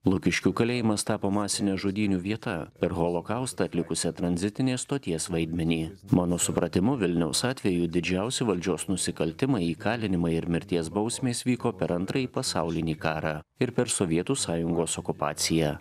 lukiškių kalėjimas tapo masine žudynių vieta per holokaustą atlikusią tranzitinės stoties vaidmenį mano supratimu vilniaus atveju didžiausi valdžios nusikaltimai įkalinimai ir mirties bausmės vyko per antrąjį pasaulinį karą ir per sovietų sąjungos okupaciją